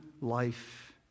life